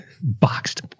Boxed